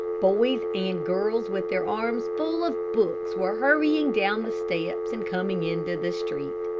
boys and girls, with their arms full of books, were hurrying down the steps and coming into the street.